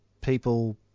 people